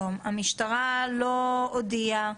והמשטרה לא הודיעה,